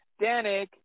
Danik